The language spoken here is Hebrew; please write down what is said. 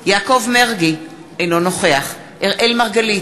יעקב מרגי, אינו נוכח אראל מרגלית,